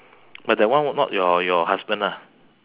but that one not not your your husband ah